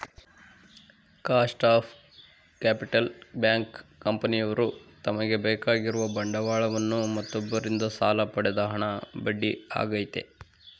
cost of capital bank, ಕಂಪನಿಯವ್ರು ತಮಗೆ ಬೇಕಾಗಿರುವ ಬಂಡವಾಳವನ್ನು ಮತ್ತೊಬ್ಬರಿಂದ ಸಾಲ ಪಡೆದ ಹಣ ಬಡ್ಡಿ ಆಗೈತೆ